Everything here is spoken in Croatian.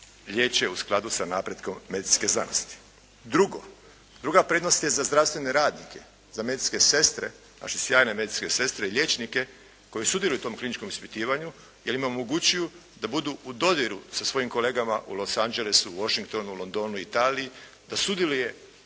liječe u skladu sa napretkom medicinske znanosti. Druga prednost je za zdravstvene radnike, za medicinske sestre, naše sjajne medicinske sestre i liječnike koji sudjeluju u tom kliničkom ispitivanju jer im omogućuju da budu u dodiru sa svojim kolegama u Los Angelesu, u Washingtonu, u Londonu, u Italiji, da sudjeluje